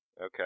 Okay